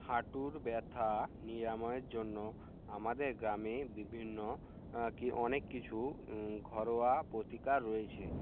হাঁটুর ব্যথা নিরাময়ের জন্য আমাদের গ্রামে বিভিন্ন কী অনেক কিছু ঘরোয়া প্রতিকার রয়েছে